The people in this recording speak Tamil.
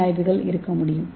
ஏ ஆய்வுகள் இருக்க முடியும்